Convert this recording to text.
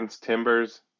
Timbers